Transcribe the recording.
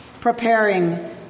preparing